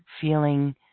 feeling